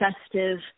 festive